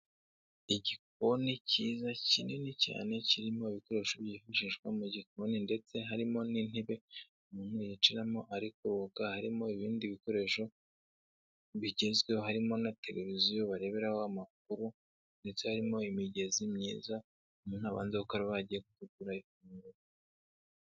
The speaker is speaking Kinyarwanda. Igikoni cyiza kinini cyane kirimo ibikoresho byifashishwa mu gikoni ndetse harimo n'intebe umuntu yicaramo ari koga. Harimo ibindi bikoresho bigezweho harimo na televiziyo bareberaho amakuru ndetse harimo imigezi myiza umuntu abanza gukaraba agiye kwikuraho impumuro mbi.